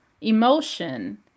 emotion